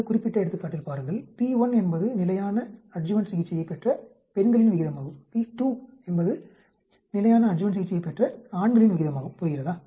இந்த குறிப்பிட்ட எடுத்துக்காட்டில் பாருங்கள் p1 என்பது நிலையான அட்ஜுவன்ட் சிகிச்சையைப் பெற்ற பெண்களின் விகிதமாகும் p2 என்பது நிலையான அட்ஜுவன்ட் சிகிச்சையைப் பெற்ற ஆண்களின் விகிதமாகும் புரிகிறதா